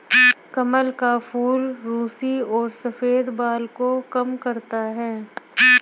कमल का फूल रुसी और सफ़ेद बाल को कम करता है